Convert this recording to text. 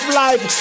life